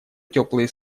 теплые